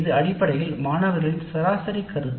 இது அடிப்படையில் மாணவர்களின் சராசரி கருத்து